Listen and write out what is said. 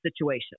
situation